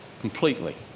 completely